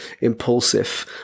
impulsive